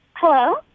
Hello